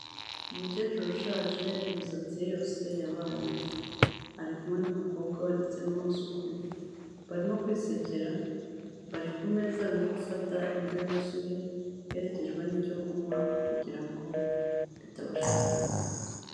Umukecuru ushaje imisatsi ye yose yabaye imvi. Ari kumwe n'umukobwa we ndetse n'umwuzukuru, barimo kwisekera, bari ku meza barimo gufata indyo yuzuye iherekejwe n'icyo kunywa kugira ngo bitabasha kubaniga.